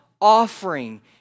offering